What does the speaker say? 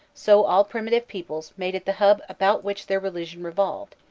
so all primitive peoples made it the hub about which their religion revolved,